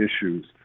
issues